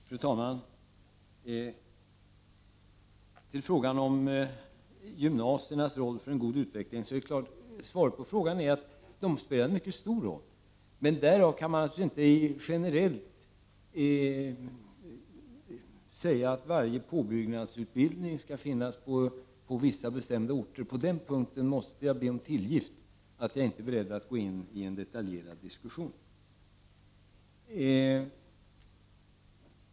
Fru talman! Svaret på frågan om gymnasiernas roll för en god utveckling är att de spelar en mycket stor roll. Men därav kan man naturligtvis inte generellt säga att varje påbyggnadsutbildning skall finnas på vissa bestämda orter. På den punkten måste jag be om tillgift för att jag inte är beredd att gå in på en detaljerad diskussion.